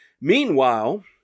Meanwhile